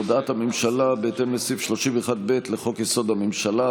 הודעת הממשלה בהתאם לסעיף 31(ב) לחוק-יסוד: הממשלה,